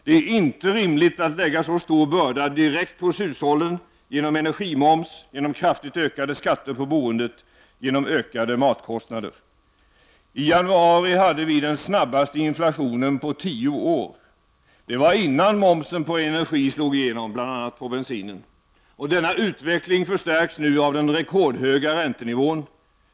Det är inte rimligt att lägga så stor börda direkt på hushållen genom energimoms, genom kraftigt ökade skatter på boendet, genom ökade matkostnader. I januari hade vi den snabbaste inflationen på tio år. Det var innan momsen på energi slog igenom bl.a. på bensinen. Denna utveckling förstärks nu av den rekordhöga räntenivån.